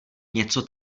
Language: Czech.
něco